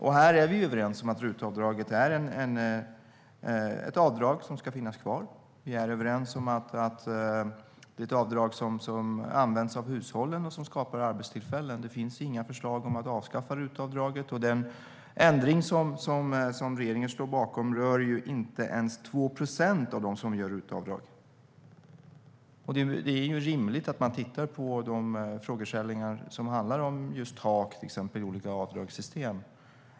Vi är överens om att RUT-avdraget ska finnas kvar. Vi är överens om att det är ett avdrag som används av hushållen och skapar arbetstillfällen. Det finns inga förslag om att avskaffa RUT-avdraget. Den ändring som regeringen står bakom rör inte ens 2 procent av dem som gör RUT-avdrag. Det är rimligt att man tittar på frågeställningar om tak, till exempel i olika avdragssystem.